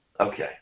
Okay